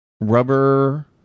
rubber